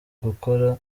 gukora